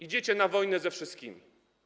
Idziecie na wojnę ze wszystkimi.